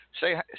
Say